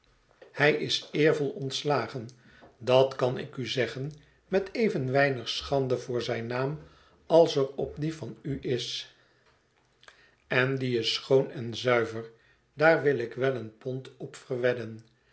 hij is eervol ontslagen dat kan ik u zeggen met even weinig schande voor zijn naam als er op dien van u is en die is schoon en zuiver daar wil ik wel éen pond op verwedden